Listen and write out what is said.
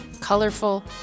colorful